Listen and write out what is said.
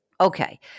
Okay